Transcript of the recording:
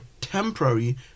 temporary